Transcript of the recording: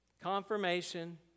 Confirmation